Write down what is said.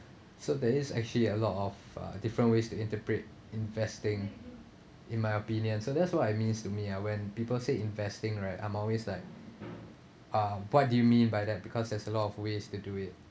so there is actually a lot of uh different ways to interpret investing in my opinion so that's what I means to me ah when people say investing right I'm always like uh what do you mean by that because there's a lot of ways to do it